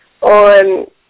on